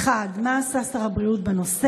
1. מה עשה שר הבריאות בנושא?